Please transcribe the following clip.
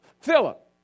Philip